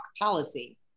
policy